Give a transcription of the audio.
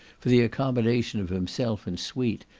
for the accommodation of himself and suite,